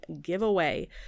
giveaway